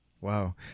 Wow